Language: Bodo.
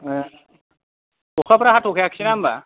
ए अखाफोर हाथ'खायासै ना होनबा